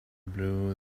blew